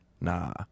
nah